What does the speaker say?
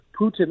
Putin